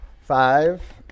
Five